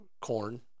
corn